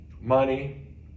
money